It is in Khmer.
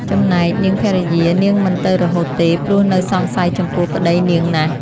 ចំណែកនាងភរិយា នាងមិនទៅរហូតទេ ព្រោះនៅសង្ស័យចំពោះប្ដីនាងណាស់